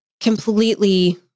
completely